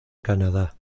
canadá